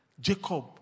Jacob